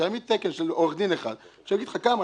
שיעמיד תקן של עורך דין אחד שיגיד לך כמה.